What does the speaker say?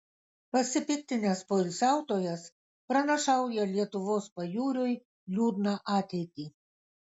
pasipiktinęs poilsiautojas pranašauja lietuvos pajūriui liūdną ateitį